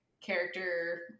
character